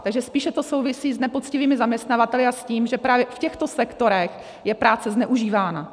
Takže spíše to souvisí s nepoctivými zaměstnavateli a s tím, že právě v těchto sektorech je práce zneužívána.